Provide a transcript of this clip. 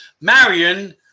Marion